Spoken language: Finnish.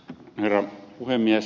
herra puhemies